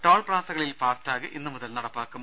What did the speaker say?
toll പ്ലാസകളിൽ FASTag ഇന്നു മുതൽ നടപ്പാക്കും